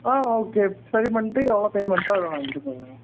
ஆ okay சரி பண்ணிட்டு எவ்வளோ பேமெண்டோ அதை வாங்கிகிட்டு போங்க